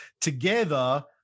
together